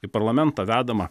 į parlamentą vedama